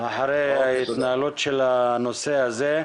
אחרי ההתנהלות של הנושא הזה.